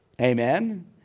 amen